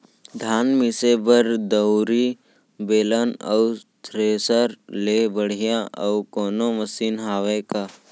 धान मिसे बर दउरी, बेलन अऊ थ्रेसर ले बढ़िया अऊ कोनो मशीन हावे का?